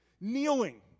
Kneeling